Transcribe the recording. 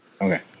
Okay